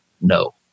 no